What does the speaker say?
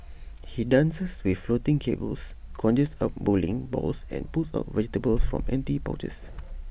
he dances with floating tables conjures up bowling balls or pulls out vegetables from empty pouches